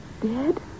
dead